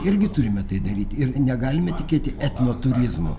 irgi turime tai daryti ir negalime tikėti etnoturizmu